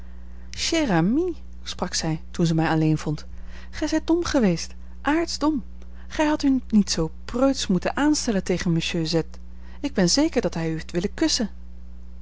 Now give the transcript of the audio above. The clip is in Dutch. amie sprak zij toen ze mij alleen vond gij zijt dom geweest aartsdom gij hadt u niet zoo preutsch moeten aanstellen tegen monsieur z ik ben zeker dat hij u heeft willen kussen